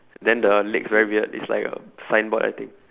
then the legs very weird it's like a signboard I think